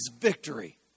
victory